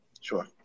Sure